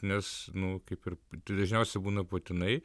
nes nu kaip ir tai dažniausiai būna patinai